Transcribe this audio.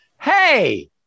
Hey